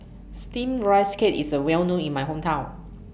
Steamed Rice Cake IS A Well known in My Hometown